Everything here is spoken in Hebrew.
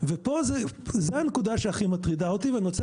ופה זו הנקודה שהכי מטרידה אותי ואני רוצה